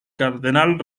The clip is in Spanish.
cardenal